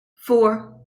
four